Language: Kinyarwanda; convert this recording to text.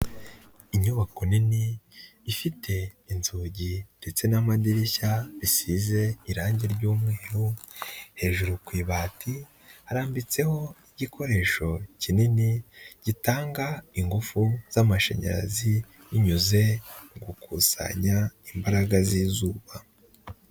Inyubako nini ifite inzugi ndetse n'amadirishya bisize irangi ry'umweru, hejuru ku ibati harambitseho igikoresho kinini, gitanga ingufu z'amashanyarazi binyuze mu gukusanya imbaraga z'izuba.